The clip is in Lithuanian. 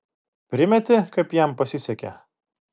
primeti kaip jam pasisekė